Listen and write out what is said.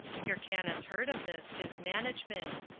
hyrcanus heard of this his management,